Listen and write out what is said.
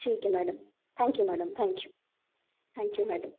ठीक है madam thank you madam thank you madam